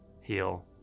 heal